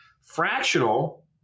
Fractional